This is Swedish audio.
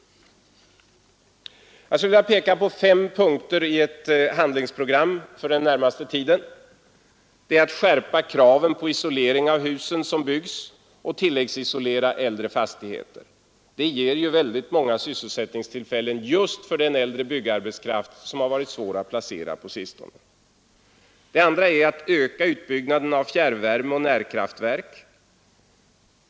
Jag skulle vilja peka på fem punkter i ett handlingsprogram för den närmaste tiden. 1. Skärp kraven på isolering av de hus som byggs och att tilläggsisolera äldre fastigheter. Det ger många sysselsättningstillfällen just för den äldre byggarbetskraft som varit svår att placera på sistone. 2. Öka utbyggnaden av fjärrvärme och närkraftverk.